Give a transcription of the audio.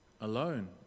Alone